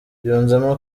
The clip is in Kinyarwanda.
yunzemo